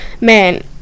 man